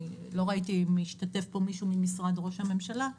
אני לא ראיתי אם השתתף פה מישהו ממשרד ראש הממשלה,